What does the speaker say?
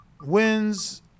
Wins